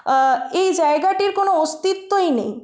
এই জায়গাটির কোনো অস্তিত্বই নেই